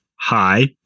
Hi